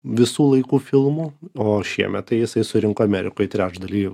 visų laikų filmų o šiemet tai jisai surinko amerikoj trečdalį